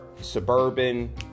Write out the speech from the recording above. suburban